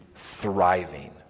thriving